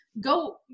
go